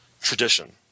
tradition